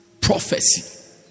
prophecy